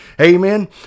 Amen